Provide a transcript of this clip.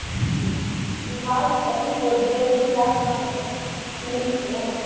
دیوان پلنگ تو ڈیڑھ دو لاکھ کا ہو جاتا